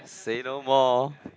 say no more